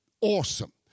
awesome